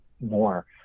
more